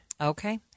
Okay